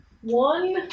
One